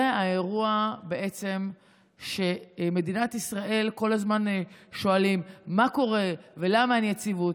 זה האירוע בעצם שבמדינת ישראל כל הזמן שואלים מה קורה ולמה אין יציבות.